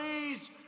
please